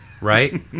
Right